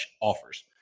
offers